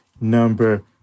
number